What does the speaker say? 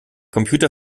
computer